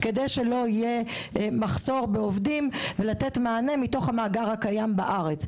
כדי שלא יהיה מחסור בעובדים וכדי לתת מענה מתוך המאגר הקיים בארץ.